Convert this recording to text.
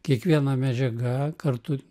kiekviena medžiaga kartu